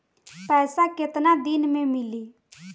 पैसा केतना दिन में मिली?